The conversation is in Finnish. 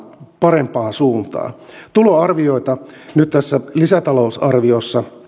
parempaan suuntaan tuloarviota tässä lisätalousarviossa